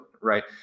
right